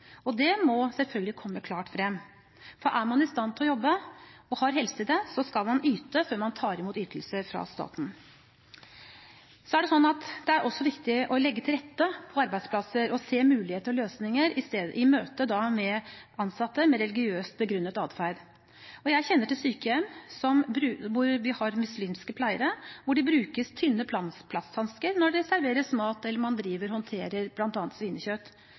borte. Det må selvfølgelig komme klart frem. Er man i stand til å jobbe og har helse til det, skal man yte før man tar imot ytelser fra staten. Så er det viktig å legge til rette på arbeidsplasser og se muligheter og løsninger i møte med ansatte med religiøst begrunnet adferd. Jeg kjenner til sykehjem hvor det er muslimske pleiere, hvor det brukes tynne plasthansker når det serveres mat, eller når man håndterer